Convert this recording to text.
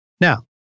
Now